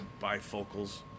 bifocals